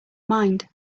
mind